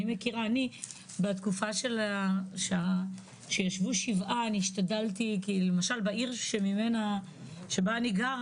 בתקופה שישבו שבעה, בעיר שבה אני גרה